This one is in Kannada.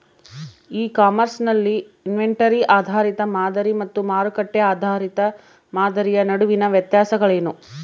ಇ ಕಾಮರ್ಸ್ ನಲ್ಲಿ ಇನ್ವೆಂಟರಿ ಆಧಾರಿತ ಮಾದರಿ ಮತ್ತು ಮಾರುಕಟ್ಟೆ ಆಧಾರಿತ ಮಾದರಿಯ ನಡುವಿನ ವ್ಯತ್ಯಾಸಗಳೇನು?